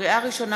לקריאה ראשונה,